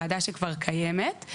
וועדה שכבר קיימת,